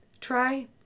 try